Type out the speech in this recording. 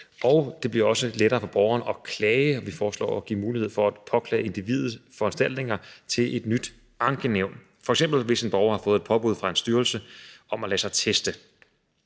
Det bliver også lettere for borgeren at klage. Vi foreslår at give mulighed for at påklage individuelle foranstaltninger til et nyt ankenævn. Det gælder f.eks., hvis en borger har fået et påbud fra en styrelse om at lade sig teste.